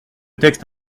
texte